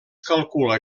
calcula